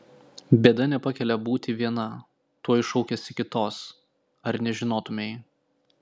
bėda nepakelia būti viena tuoj šaukiasi kitos ar nežinotumei